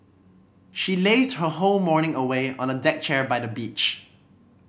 she lazed her whole morning away on a deck chair by the beach